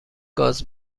گاز